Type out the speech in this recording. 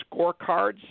scorecards